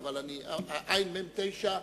עמ/9,